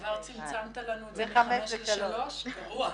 כבר צמצמת לנו את התקופה מחמש שנים לשלוש שנים.